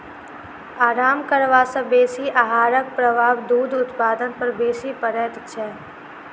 आराम करबा सॅ बेसी आहारक प्रभाव दूध उत्पादन पर बेसी पड़ैत छै